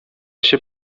się